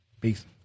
Peace